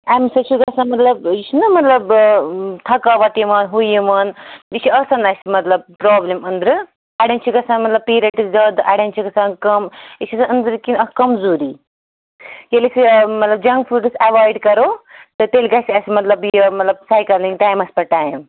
اَمہِ سۭتۍ چھُ گَژھان مطلب یہِ چھُنہ مطلب تھَکاوٹ یِوان ہُہ یِوان یہِ چھِ آسان اَسہِ مطلب پرٛابلِم أنٛدرٕ اَڑٮ۪ن چھِ گَژھان مطلب پیٖرَٹٕس زیادٕ اَڑٮ۪ن چھِ گَژھان کم یہِ چھِ آسان أنٛدر کِنۍ اکھ کمزوری ییٚلہِ أسۍ یہِ مطلب جَنٛک فُڈٕس اٮ۪وایِڈ کرو تہٕ تیٚلہ گَژھِ اَسہِ مطلب یہِ مطلب سایکلِنٛگ ٹایمَس پتہٕ ٹایم